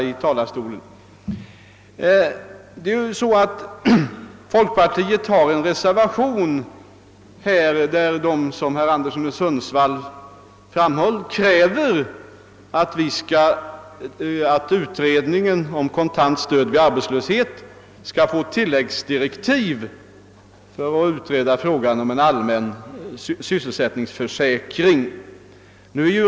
Folkpartiet kräver i en reservation, vilket herr Anderson i Sundsvall har framhållit, att utredningen om kontant stöd vid arbetslöshet skall få tilläggsdirektiv att utreda frågan om en allmän sysselsättningsförsäkring.